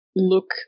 look